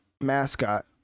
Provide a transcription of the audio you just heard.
mascot